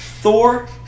Thor